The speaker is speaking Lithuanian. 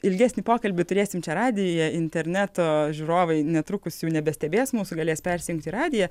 ilgesnį pokalbį turėsim čia radijuje interneto žiūrovai netrukus jau nebestebės mūsų galės persijungti į radiją